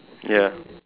ya